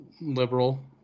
liberal